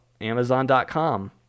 Amazon.com